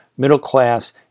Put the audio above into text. middle-class